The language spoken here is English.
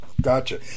Gotcha